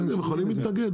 בסדר, הם יכולים להתנגד.